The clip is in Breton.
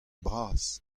bras